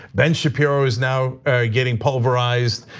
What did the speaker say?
ben shapiro is now getting pulverized,